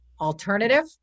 alternative